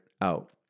out